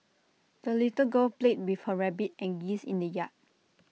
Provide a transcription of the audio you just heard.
the little girl played with her rabbit and geese in the yard